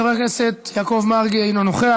חבר הכנסת יעקב מרגי, אינו נוכח.